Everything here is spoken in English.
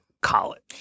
college